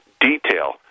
detail